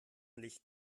licht